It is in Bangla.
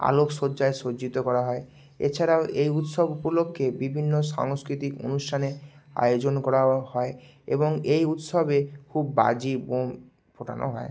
আলোক সজ্জায় সজ্জিত করা হয় এছাড়াও এই উৎসব উপলক্ষে বিভিন্ন সাংস্কৃতিক অনুষ্ঠানের আয়োজন করাও হয় এবং এই উৎসবে খুব বাজি বোম ফাটানো হয়